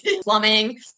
plumbing